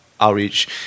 outreach